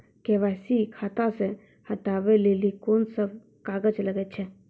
KYC खाता से हटाबै लेली कोंन सब कागज लगे छै?